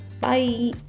bye